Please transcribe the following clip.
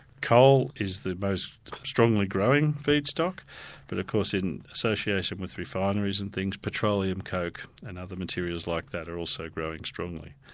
coal is the most strongly growing feedstock but of course in association with refineries and things, petroleum, coke and other materials like that are also growing strongly.